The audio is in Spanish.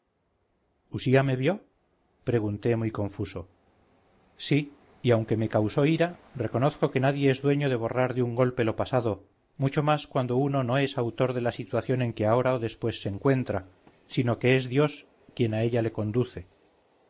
ventanas usía me vio pregunté muy confuso sí y aunque me causó ira reconozco que nadie es dueño de borrar de un golpe lo pasado mucho más cuando uno no es autor de la situación en que ahora o después se encuentra sino que es dios quien a ella le conduce